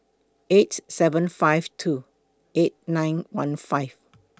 eight seven five two eight nine one five